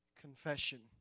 confession